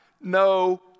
No